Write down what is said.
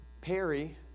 Perry